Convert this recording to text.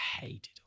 hated